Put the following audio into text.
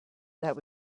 that